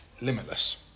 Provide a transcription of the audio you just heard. limitless